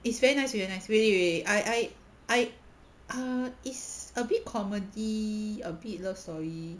it's very nice very nice really really I I I ah it's a bit comedy a bit love story